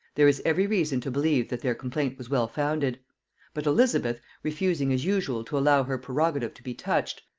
there is every reason to believe that their complaint was well founded but elizabeth, refusing as usual to allow her prerogative to be touched,